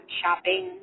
shopping